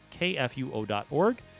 kfuo.org